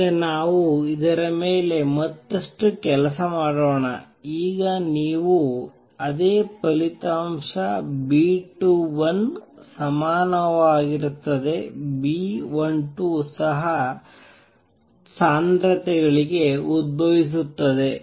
ಈಗ ನಾವು ಇದರ ಮೇಲೆ ಮತ್ತಷ್ಟು ಕೆಲಸ ಮಾಡೋಣ ಈಗ ನೀವು ಅದೇ ಫಲಿತಾಂಶ B21 ಸಮನಾಗಿರುತ್ತದೆ B12 ಸಹ ಸಾಂದ್ರತೆಗಳಿಗೆ ಉದ್ಭವಿಸುತ್ತದೆ